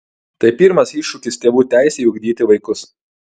tai pirmas iššūkis tėvų teisei ugdyti vaikus